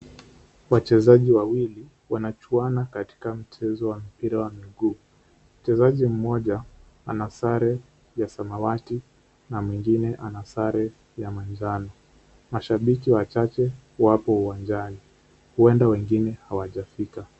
Wachezaji wawili wanachuana katika mchezo wa mpira wa miguu. Mchezaji mmoja ana sare ya samawati na mwingine ana sare ya manjano. Mashabiki wachache wapo uwanjani huenda wengine hawajafika.